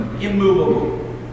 immovable